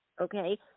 okay